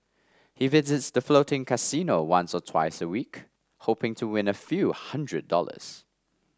he visits the floating casino once or twice a week hoping to win a few hundred dollars